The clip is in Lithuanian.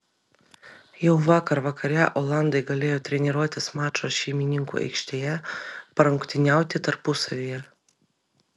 jau vakar vakare olandai galėjo treniruotis mačo šeimininkų aikštėje parungtyniauti tarpusavyje